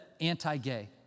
anti-gay